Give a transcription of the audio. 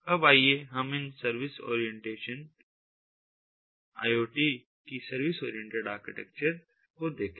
अब आइए हम सर्विस ओरिएंटेशन IoT की सर्विस ओरिएंटेड आर्किटेक्चर को देखें